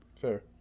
Fair